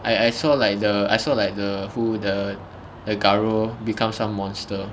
I I saw like the I saw like the who the the guru become some monster